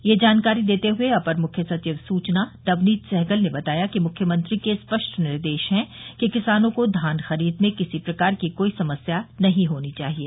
यह जानकारी देते हुए अपर मुख्य सचिव सूचना नवनीत सहगल ने बताया कि मुख्यमंत्री के स्पष्ट निर्देश है कि किसानों को धान खरीद में किसी प्रकार की कोई समस्या नहीं होनी चाहिये